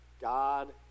God